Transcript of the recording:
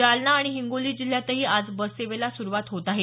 जालना आणि हिंगोली जिल्ह्यांतही आज बससेवेला सुरूवात होत आहे